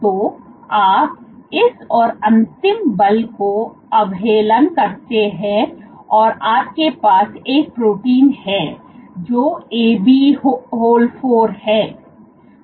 तो आप इस और अंतिम बल को अवहेलना करते हैं और आपके पास एक प्रोटीन है जो AB whole 4 है